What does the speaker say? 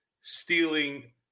stealing